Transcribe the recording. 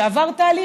והוא עבר תהליך,